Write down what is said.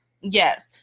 Yes